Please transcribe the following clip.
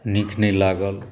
नीक नहि लागल